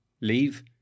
leave